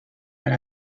per